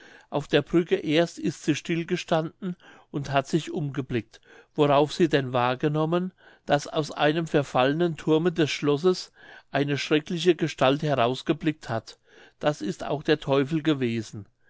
auf der brücke erst ist sie still gestanden und hat sich umgeblickt worauf sie denn wahrgenommen daß aus einem verfallenen thurme des schlosses eine schreckliche gestalt herausgeblickt hat das ist auch der teufel gewesen